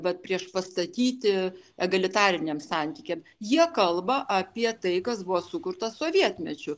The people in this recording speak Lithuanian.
vat priešpastatyti egalitariniam santykiam jie kalba apie tai kas buvo sukurta sovietmečiu